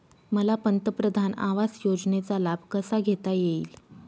मला पंतप्रधान आवास योजनेचा लाभ कसा घेता येईल?